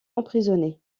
emprisonnés